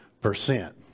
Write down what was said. percent